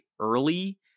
early